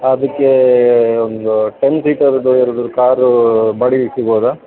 ಅದಕ್ಕೆ ಒಂದು ಟೆನ್ ಸೀಟರದ್ದು ಯಾವುದಾರು ಕಾರು ಬಾಡಿಗೆಗೆ ಸಿಗಬೋದಾ